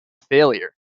failure